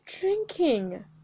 drinking